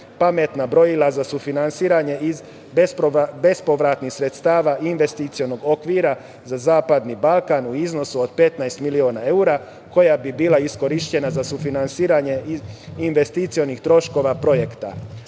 pametna brojila za sufinansiranje iz bespovratnih sredstava, investicionog okvira za Zapadni balkan, u iznosu od 15 miliona evra, koja bi bila iskorišćena za sufinansiranje investicionih troškova projekta. Poštovani